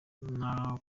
nta